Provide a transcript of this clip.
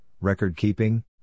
record-keeping